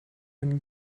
when